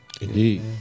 indeed